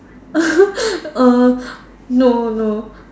err no no